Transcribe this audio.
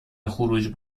خروج